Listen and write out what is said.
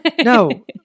no